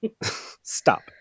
stop